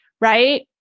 right